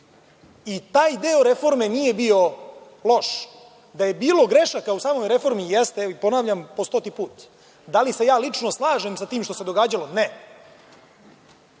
I taj deo reforme nije bio loš. Da je bilo grešaka u samoj reformi – jeste, ponavljam po stoti put. Da li se ja lično slažem sa tim što se događalo? Ne.